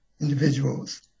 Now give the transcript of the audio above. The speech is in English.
individuals